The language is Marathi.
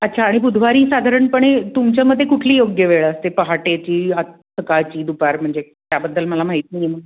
अच्छा आणि बुधवारी साधारणपणे तुमच्यामते कुठली योग्य वेळ असते पहाटेची आत सकाळची दुपार म्हणजे त्याबद्दल मला माहीत नाही